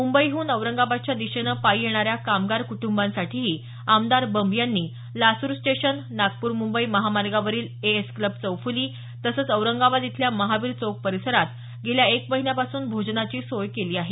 मुंबईहून औरंगाबादच्या दिशेनं पायी येणाऱ्या कामगार कुटुंबांसाठीही आमदार बंब यांनी लासूर स्टेशन नागपूर मुंबई महामार्गावरील ए एस क्लब चौफ़ली तसंच औरंगाबाद इथल्या महावीर चौक परिसरात गेल्या एक महिन्यापासून भोजनाची सोय केली आहे